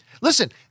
Listen